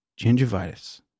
gingivitis